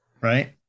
right